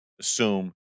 assume